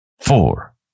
Four